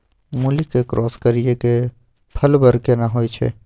मूली के क्रॉस करिये के फल बर केना होय छै?